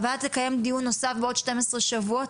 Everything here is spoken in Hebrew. הוועדה תקיים דיון נוסף בעוד 12 שבועות